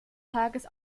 tages